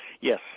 Yes